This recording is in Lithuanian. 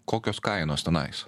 kokios kainos tenais